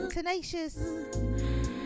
tenacious